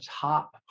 top